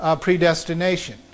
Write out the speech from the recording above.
predestination